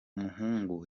muhungu